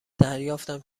دریافتم